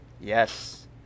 Yes